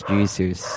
Jesus